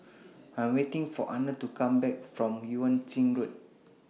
I'm waiting For Arnold to Come Back from Yuan Ching Road